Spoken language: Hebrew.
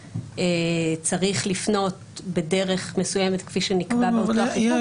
צריך לפנות בדרך מסוימת כפי שנקבע בחוק,